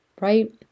right